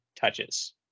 touches